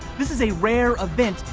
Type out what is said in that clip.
this is a rare event,